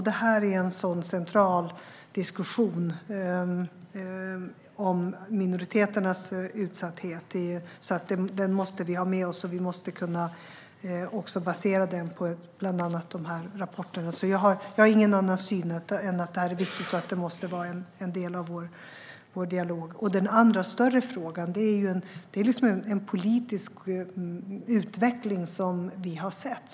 Det här är en så central diskussion om minoriteternas utsatthet, så den måste vi ha med oss. Vi måste också kunna basera den på bland annat de här rapporterna. Jag har ingen annan syn än att detta är viktigt och måste vara en del av vår dialog. Den andra, större frågan är den politiska utvecklingen som vi har sett.